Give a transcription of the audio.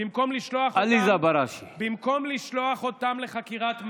במקום לשלוח אותם לחקירת מח"ש,